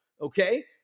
Okay